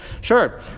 sure